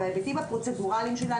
בהיבטים הפרוצדורליים שלה,